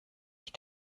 ich